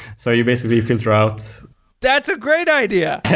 so you basically filter out that's a great idea.